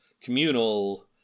communal